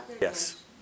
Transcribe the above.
Yes